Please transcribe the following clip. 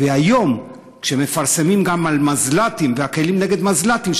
והיום כשמפרסמים גם על מזל"טים והכלים נגד מזל"טים,